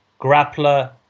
grappler